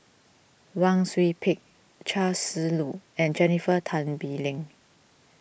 Wang Sui Pick Chia Shi Lu and Jennifer Tan Bee Leng